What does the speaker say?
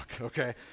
okay